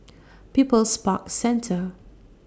People's Park Centre